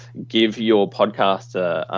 give your podcast,